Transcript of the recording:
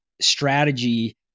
strategy